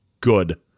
good